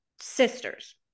sisters